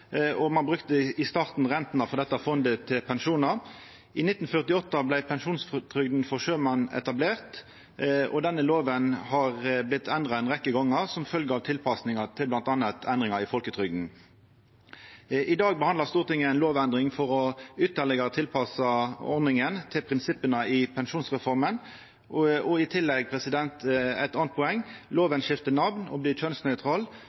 og ein brukte i starten rentene av dette fondet til pensjonar. I 1948 vart pensjonstrygda for sjømenn etablert, og denne lova har vorte endra ei rekkje gonger som følgje av tilpassingar til bl.a. endringar i folkerygda. I dag behandlar Stortinget ei lovendring for ytterlegare å tilpassa ordninga til prinsippa i pensjonsreforma – og i tillegg eit anna poeng: